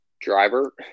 driver